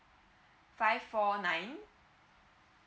five four nine